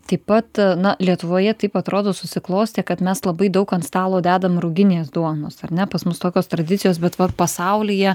taip pat na lietuvoje taip atrodo susiklostė kad mes labai daug ant stalo dedam ruginės duonos ar ne pas mus tokios tradicijos bet va pasaulyje